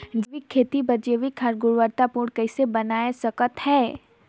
जैविक खेती बर जैविक खाद गुणवत्ता पूर्ण कइसे बनाय सकत हैं?